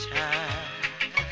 time